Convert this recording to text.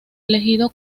elegido